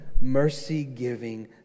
mercy-giving